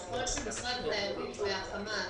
ככל שהמשרד והחמ"ת